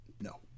no